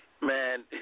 Man